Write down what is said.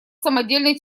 самодельный